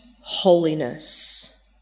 holiness